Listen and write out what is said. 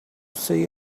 see